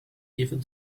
even